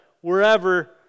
wherever